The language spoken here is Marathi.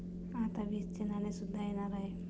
आता वीसचे नाणे सुद्धा येणार आहे